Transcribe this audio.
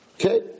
Okay